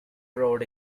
road